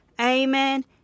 Amen